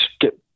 get